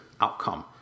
outcome